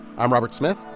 i'm robert smith.